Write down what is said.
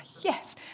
yes